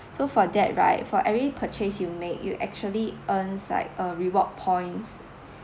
so for that right for every purchase you made you actually earns like uh reward points